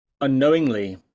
unknowingly